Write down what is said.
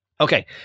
Okay